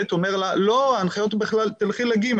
ב' אומר לה: ההנחיות בכלל ללכת ל-ג',